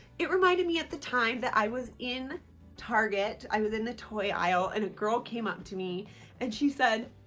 it reminded me about the time that i was in target. i was in the toy aisle and a girl came up to me and she said